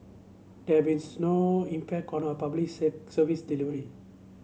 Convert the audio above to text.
they have been snow impact corn our public set service delivery